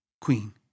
queen